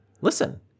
Listen